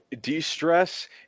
de-stress